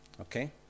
Okay